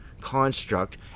construct